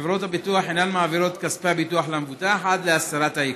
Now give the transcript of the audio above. חברות הביטוח אינן מעבירות את כספי הביטוח למבוטח עד להסרת העיקול.